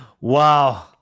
Wow